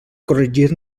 corregir